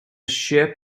sheep